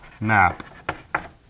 map